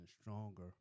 stronger